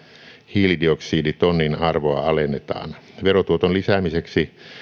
hiilidioksiditonnin arvoa alennetaan verotuoton lisäämiseksi